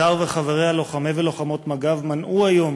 הדר וחבריה, לוחמי ולוחמות מג"ב, מנעו היום